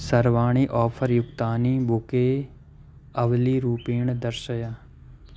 सर्वाणि आफ़र् युक्तानि बुके अवलीरूपेण दर्शय